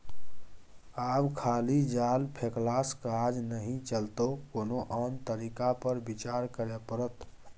आब खाली जाल फेकलासँ काज नहि चलतौ कोनो आन तरीका पर विचार करय पड़त